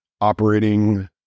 operating